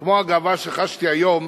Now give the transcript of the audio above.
כמו הגאווה שחשתי היום